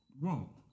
wrong